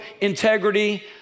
integrity